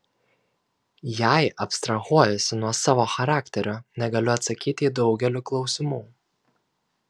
jei abstrahuojuosi nuo savo charakterio negaliu atsakyti į daugelį klausimų